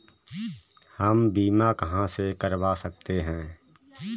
हम बीमा कहां से करवा सकते हैं?